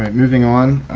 um moving on,